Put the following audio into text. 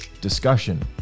discussion